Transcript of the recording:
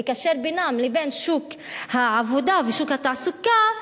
לקשר בינם לבין שוק העבודה ושוק התעסוקה,